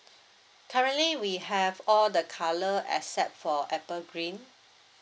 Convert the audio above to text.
currently we have all the colour except for apple green